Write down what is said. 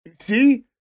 See